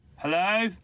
Hello